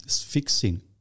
fixing